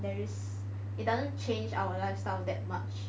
there is it doesn't change our lifestyle that much right